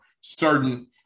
certain